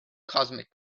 cosmic